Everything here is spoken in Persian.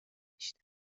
داشتم